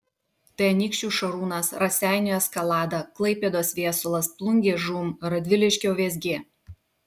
tai anykščių šarūnas raseinių eskalada klaipėdos viesulas plungės žūm radviliškio vėzgė